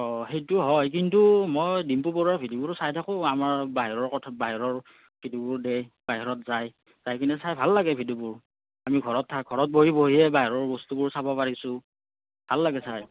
অ সেইটো হয় কিন্তু মই দিম্পু বৰুৱাৰ ভিডিঅ'বোৰ চাই থাকোঁ আমাৰ বাহিৰৰ কথা বাহিৰৰ বাহিৰত যায় চাইকেনে চাই ভাল লাগে ভিডিঅ'বোৰ আমি ঘৰত থা ঘৰত বহি বহিয়ে বাহিৰৰ বস্তুবোৰ চাব পাৰিছোঁ ভাল লাগে চাই